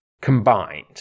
combined